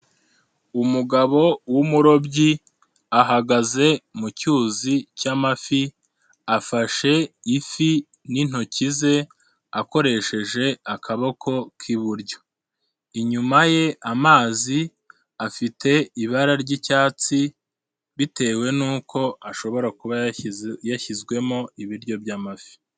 Umugabo w'umurobyi ahagaze mu cyuzi cy'amafi afashe ifi n'intoki ze akoresheje akaboko k'iburyo, inyuma ye amazi afite ibara ry'icyatsi bitewe n'uko ashobora kuba yashyizwemo ibiryo by'amafi.